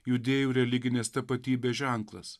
judėjų religinės tapatybės ženklas